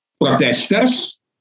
protesters